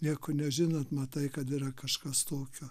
nieko nežinant matai kad yra kažkas tokio